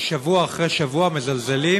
ששבוע אחרי שבוע מזלזלים